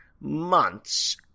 months